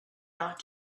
not